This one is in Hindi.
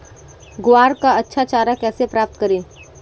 ग्वार का अच्छा चारा कैसे प्राप्त करें?